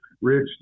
Rich